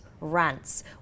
rants